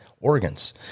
organs